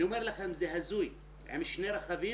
אני אומר לכם, זה הזוי, עם שני רכבים